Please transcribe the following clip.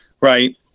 right